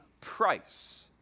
price